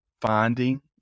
finding